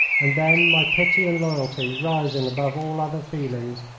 and then, my pity and loyalty rising above all other feelings,